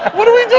what are we doing?